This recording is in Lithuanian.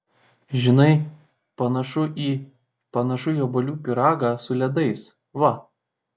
žinai panašu į panašu į obuolių pyragą su ledais va